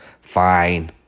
Fine